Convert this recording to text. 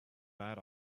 bad